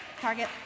Target